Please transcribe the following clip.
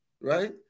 Right